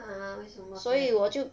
!huh! 为什么这样